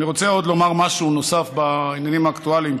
אני רוצה לומר עוד משהו נוסף בעניינים האקטואליים,